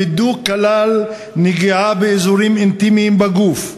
הבידוק כלל נגיעה באזורים אינטימיים בגוף,